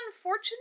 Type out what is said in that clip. unfortunate